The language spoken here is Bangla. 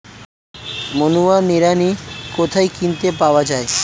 ম্যানুয়াল নিড়ানি কোথায় কিনতে পাওয়া যায়?